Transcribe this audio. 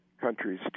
countries